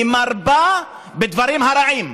היא מרבה בדברים הרעים.